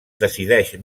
decideix